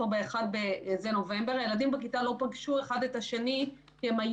יחד עם משרד החינוך ומשרד הבריאות,